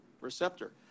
receptor